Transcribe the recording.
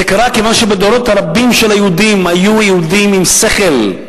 זה קרה כיוון שבדורות הרבים של היהודים היו יהודים עם שכל,